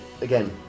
again